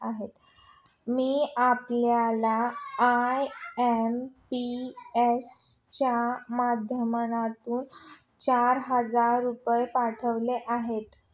मी आपल्याला आय.एम.पी.एस च्या माध्यमातून चार हजार रुपये पाठवले आहेत